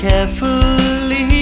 Carefully